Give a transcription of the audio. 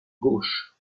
gauche